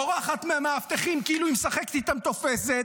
בורחת מהמאבטחים כאילו היא משחקת איתם תופסת,